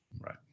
right